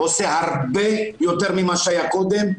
עושה הרבה יותר ממה שהיה קודם,